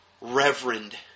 Reverend